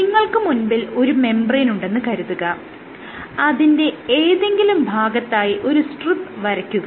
നിങ്ങൾക്ക് മുൻപിൽ ഒരു മെംബ്രേയ്ൻ ഉണ്ടെന്ന് കരുതുക അതിന്റെ ഏതെങ്കിലും ഭാഗത്തായി ഒരു ചെറിയ സ്ട്രിപ്പ് വരയ്ക്കുക